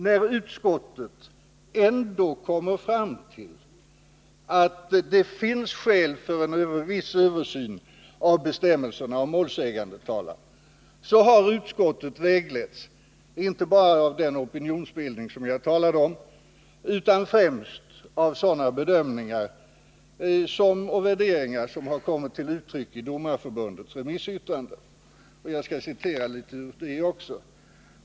När utskottet ändå kommer fram till att det finns skäl för en viss översyn av bestämmelserna om må ägandetalan har utskottet vägletts inte bara av den opinionsbildning som jag talat om utan främst av sådana bedömningar och värderingar som kommit till uttryck i Domareförbundets remissyttrande.